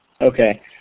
Okay